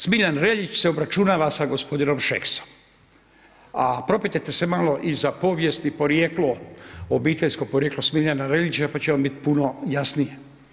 Smiljan Reljić se obračunava sa gospodinom Šeksom, a propitajte se malo i za povijest i porijeklo, obiteljsko porijeklo Smiljana Reljića pa će vam biti puno jasnije.